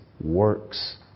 works